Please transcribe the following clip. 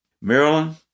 Maryland